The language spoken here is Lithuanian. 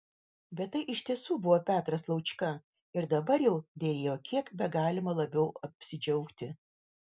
bet tai iš tiesų buvo petras laučka ir dabar jau derėjo kiek begalima labiau apsidžiaugti